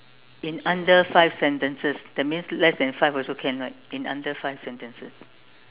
in under five sentences that means less then five also can right in under five sentences